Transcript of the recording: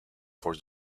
for